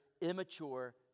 immature